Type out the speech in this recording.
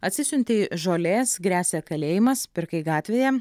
atsisiuntei žolės gresia kalėjimas pirkai gatvėje